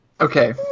Okay